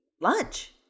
Lunch